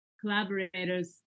collaborators